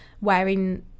wearing